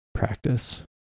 practice